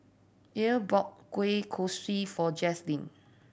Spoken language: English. Ethyl bought kueh kosui for Jazlyn